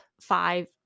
five